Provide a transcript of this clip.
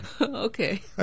Okay